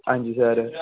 आं जी सर